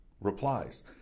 replies